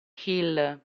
hill